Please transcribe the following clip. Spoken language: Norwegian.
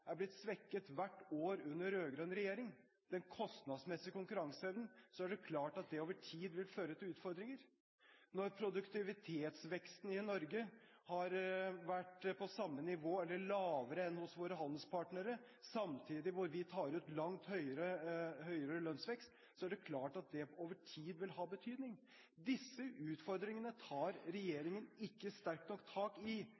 er blitt svekket hvert år under rød-grønn regjering – den kostnadsmessige konkurranseevnen – er det klart at det over tid vil føre til utfordringer. Når produktivitetsveksten i Norge har vært på samme nivå som – eller lavere enn – hos våre handelspartnere, samtidig som vi tar ut langt høyere lønnsvekst, er det klart at det over tid vil ha betydning. Disse utfordringene tar ikke regjeringen sterkt nok tak i